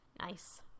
Nice